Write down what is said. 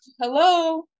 hello